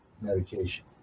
medication